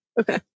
Okay